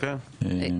כן.